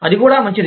అది కూడా మంచిది